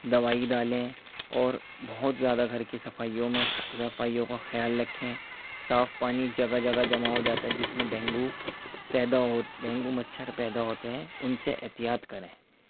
دوائی ڈالیں اور بہت زیادہ گھر کی صفائیوں میں صفائیوں کا خیال رکھیں صاف پانی جگہ جگہ جمع ہوجاتا ہے جس میں ڈینگو پیدا ہوتے ڈینگو مچھر پیدا ہوتے ہیں ان سے احتیاط کریں